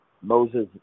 Moses